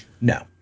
No